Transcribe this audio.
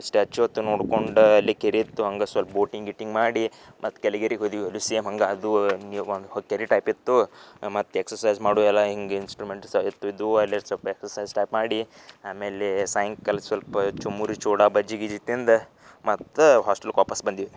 statue ಅತ್ ನೋಡ್ಕೊಂಡು ಅಲ್ಲಿ ಕೆರಿಯಿತ್ತು ಹಂಗ ಸ್ವಲ್ಪ ಬೋಟಿಂಗ್ ಗೀಟಿಂಗ್ ಮಾಡಿ ಮತ್ತು ಕೆಲಿಗೆರಿಗೆ ಹೋದ್ವಿ ಅಲ್ಲೂ ಸೇಮ್ ಹಾಗ ಅದು ಹಿಂಗೆ ಒಂದು ಕೆರೆ ಟೈಪ್ ಇತ್ತು ಮತ್ತು ಎಕ್ಸರ್ಸೈಸ್ ಮಾಡುವೆಲ್ಲ ಹಿಂಗೆ ಇನ್ಸ್ಟ್ರುಮೆಂಟ್ಸ್ ಇತ್ತಿದ್ವು ಅಲ್ಲೇ ಸೊಲ್ಪ ಎಕ್ಸರ್ಸೈಸ್ ಟೈಪ್ ಮಾಡಿ ಆಮೇಲೆ ಸಾಯಂಕಾಲ ಸ್ವಲ್ಪ ಚುರುಮುರಿ ಚೂಡಾ ಬಜ್ಜಿ ಗಿಜ್ಜಿ ತಿಂದು ಮತ್ತು ಹಾಸ್ಟೆಲ್ಕೆ ವಾಪಸ್ಸು ಬಂದಿವಿ